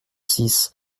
six